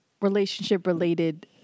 relationship-related